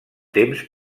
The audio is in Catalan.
temps